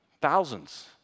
Thousands